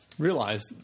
realized